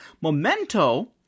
Memento